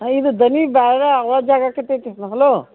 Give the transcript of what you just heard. ಹಾಂ ಇದು ಧ್ವನಿ ಬೇಗ ಆವಾಜ್ ಹಾಕಕತ್ತೈತಿ ಹಲೋ